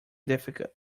difficult